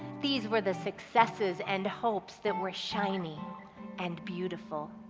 these were the successes and hope that were shiny and beautiful.